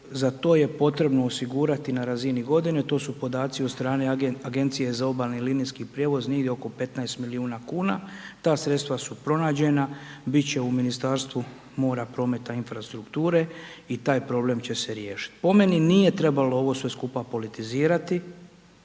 za to je potrebno osigurati na razini godine, to su podaci od strane Agencije za obalni i linijski prijevoz nego oko 15 milijuna kuna, ta sredstva su pronađena, bit će u Ministarstvu mora, prometa i infrastrukture i taj problem će se riješiti. Po meni nije trebalo ovo sve skupa politizirati,